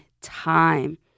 time